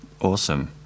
Awesome